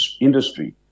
industry